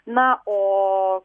na oo